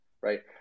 right